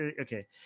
okay